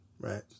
right